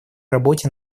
работе